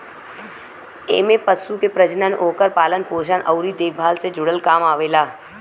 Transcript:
एमे पशु के प्रजनन, ओकर पालन पोषण अउरी देखभाल से जुड़ल काम आवेला